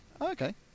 okay